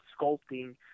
sculpting